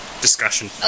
discussion